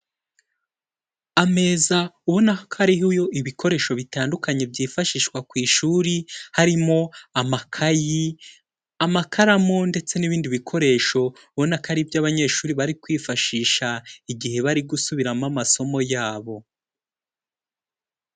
Ameza ubona ko ariho ibikoresho bitandukanye byifashishwa ku ishuri, harimo amakayi, amakaramu ndetse n'ibindi bikoresho ubona ko ari ibyo abanyeshuri bari kwifashisha igihe bari gusubiramo amasomo yabo.